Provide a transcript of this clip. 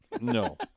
No